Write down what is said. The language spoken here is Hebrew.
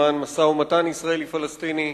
למען משא-ומתן ישראלי-פלסטיני,